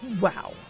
wow